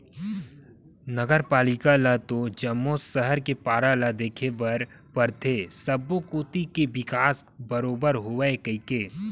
नगर पालिका ल तो जम्मो सहर के पारा ल देखे बर परथे सब्बो कोती के बिकास बरोबर होवय कहिके